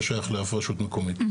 לא שייך לאף רשות מקומית.